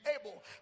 able